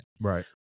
Right